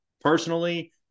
personally